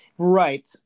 Right